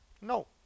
No